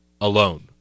alone